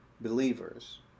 believers